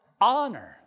honor